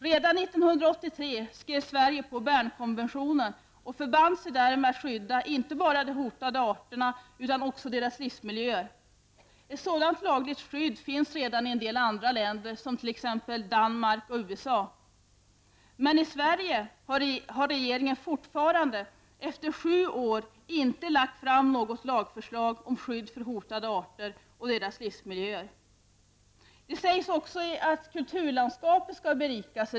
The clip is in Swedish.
Redan 1983 skrev Sverige på Bernkonventionen och förband sig därmed att skydda inte bara de hotade arterna utan också deras livsmiljöer. Ett sådant lagligt skydd finns redan i en del länder, t.ex. i Danmark och USA. Men i Sverige har regeringen fortfarande efter sju år inte lagt fram något lagförslag om skydd för hotade arter och deras livsmiljöer. I regeringsförklaringen sägs vidare att kulturlandskapet skall berikas.